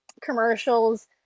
commercials